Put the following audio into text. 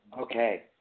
okay